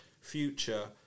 future